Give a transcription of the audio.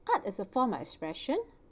art is a form of expression